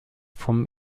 vom